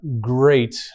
great